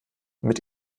mit